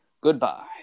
Goodbye